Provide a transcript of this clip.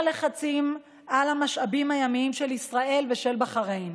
הלחצים על המשאבים הימיים של ישראל ושל בחריין.